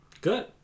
Good